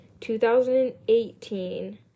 2018